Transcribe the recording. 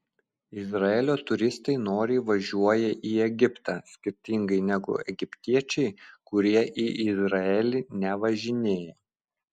izraelio turistai noriai važiuoja į egiptą skirtingai negu egiptiečiai kurie į izraelį nevažinėja